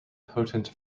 potent